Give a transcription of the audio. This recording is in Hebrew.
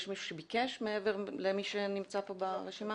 יש מישהו שביקש מעבר למי שנמצא פה ברשימה?